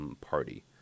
party